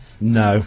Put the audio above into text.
No